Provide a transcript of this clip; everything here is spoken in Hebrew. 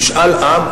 משאל עם,